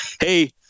hey